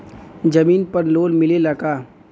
जमीन पर लोन मिलेला का?